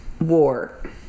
War